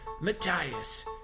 Matthias